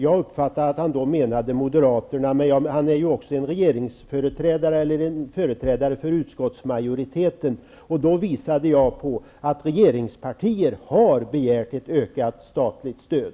Jag uppfattade att han då menade att det inte hade gjorts av Moderaterna, men Stig Bertilsson är företrädare för utskottsmajoriteten, och jag visade på att regeringspartier har begärt ett ökat statligt stöd.